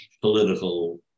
political